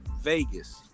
vegas